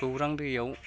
गौरां दैयाव